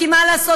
כי מה לעשות,